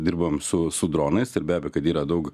dirbam su su dronais ir be abejo kad yra daug